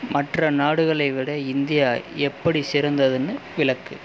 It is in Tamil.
மற்ற நாடுகளை விட இந்தியா எப்படி சிறந்ததுன்னு விளக்கு